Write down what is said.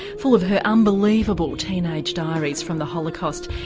full of her unbelievable teenage diaries from the holocaust,